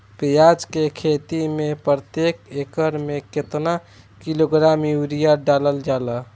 प्याज के खेती में प्रतेक एकड़ में केतना किलोग्राम यूरिया डालल जाला?